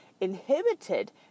inhibited